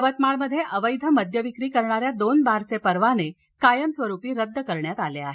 यवतमाळमध्ये अवैध मद्य विक्री करणाऱ्या दोन बारचे परवाने कायमस्वरूपी रद्द करण्यात आले आहेत